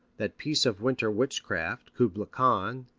that piece of winter witchcraft, kubla khan,